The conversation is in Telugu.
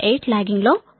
8 లాగ్గింగ్ లో ఉంది